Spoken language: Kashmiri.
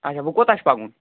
اچھا ؤنۍ کۄتاہ چھُ پَکُن